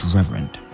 Reverend